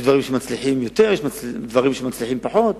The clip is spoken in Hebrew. יש דברים שמצליחים יותר, יש דברים שמצליחים פחות,